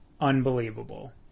unbelievable